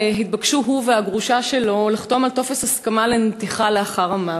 התבקשו הוא והגרושה שלו לחתום על טופס הסכמה לנתיחה לאחר המוות,